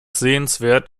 sehenswert